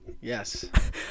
Yes